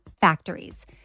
factories